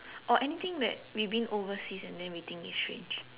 or anything that we've been overseas and then we think it's strange